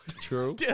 True